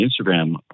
Instagram